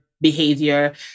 behavior